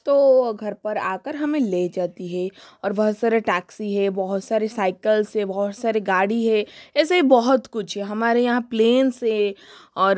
तो वो घर पर आ कर हमें ले जाती हैं और बहुत सारे टेक्सी है बहुत सारी साइकल्स है बहुत सारी गाड़ी है ऐसे ही बहुत कुछ है हमारे यहाँ प्लेन्स हैं और